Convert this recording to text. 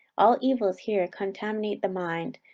all evils here contaminate the mind,